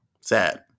Sad